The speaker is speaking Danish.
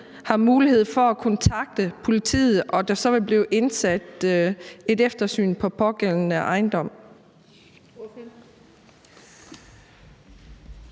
man mulighed for at kontakte politiet, og så vil der blive igangsat et eftersyn på pågældende ejendom?